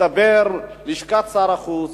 הסתבר שלשכת שר החוץ,